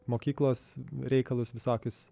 mokyklos reikalus visokius